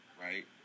right